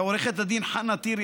לעו"ד חנה טירי,